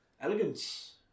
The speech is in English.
elegance